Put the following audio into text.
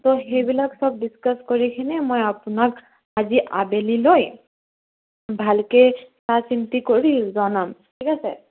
ত' সেইবিলাক সব ডিছকাছ কৰিকিনে মই আপোনাক আজি আবেলিলৈ ভালকৈ চাই চিন্তি কৰি জনাম ঠিক আছে